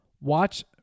watch